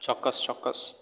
ચોક્કસ ચોક્કસ